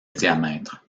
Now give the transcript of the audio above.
diamètre